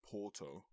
Porto